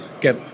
get